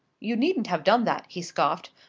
you needn't have done that, he scoffed.